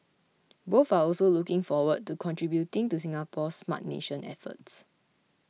both are also looking forward to contributing to Singapore's Smart Nation efforts